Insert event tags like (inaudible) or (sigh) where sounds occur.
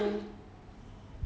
the you know (noise)